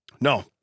No